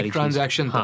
transaction